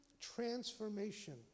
transformation